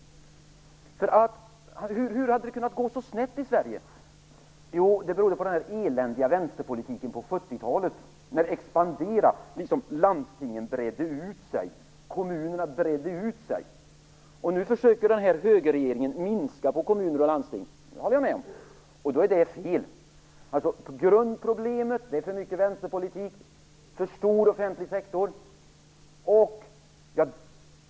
Att det kunde gå så snett i Sverige berodde tydligen på den eländiga vänsterpolitiken och expansionen på 70 talet, då landstingen och kommunerna bredde ut sig. Nu försöker den här högerregeringen minska ned i kommuner och landsting, vilket jag håller med om, men då är det fel. Grundproblemet skulle alltså vara att det är för mycket vänsterpolitik och en för stor offentlig sektor.